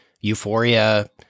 Euphoria